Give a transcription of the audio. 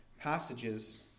passages